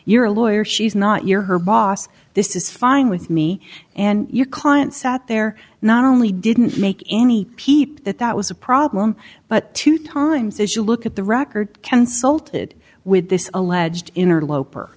you're a lawyer she's not you're her boss this is fine with me and your client sat there not only didn't make any peep that that was a problem but two times as you look at the record consulted with this alleged interloper